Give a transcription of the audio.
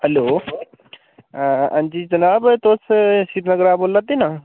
hello हांजी जनाब तुस शिवनगरा बोला'रदे ना